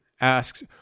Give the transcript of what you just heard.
asks